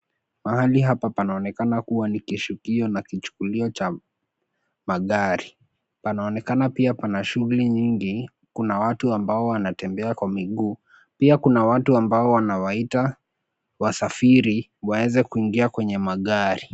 Mahali hapa panaonekana kuwa ni kishukio na kichukulio cha magari. Panaonekana pia pana shughuli nyingi. Kuna watu ambao wanatembea kwa miguu. Pia kuna watu ambao wanawaita wasafiri waeze kuingia kwenye magari.